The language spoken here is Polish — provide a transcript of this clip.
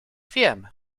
wiem